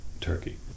Turkey